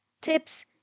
tips